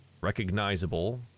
Recognizable